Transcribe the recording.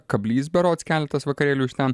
kablys berods keletas vakarėlių iš ten